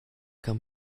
come